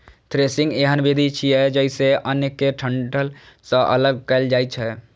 threshing एहन विधि छियै, जइसे अन्न कें डंठल सं अगल कैल जाए छै